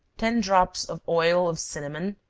ten drops of oil of cinnamon,